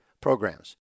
programs